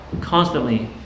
constantly